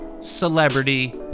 celebrity